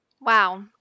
Wow